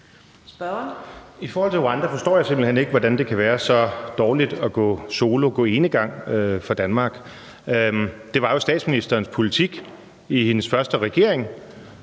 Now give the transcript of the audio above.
I forhold til Rwanda forstår jeg simpelt hen ikke, hvordan det kan være så dårligt for Danmark at gå solo, at gå enegang. Det var jo statsministerens politik i hendes første regering,